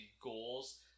goals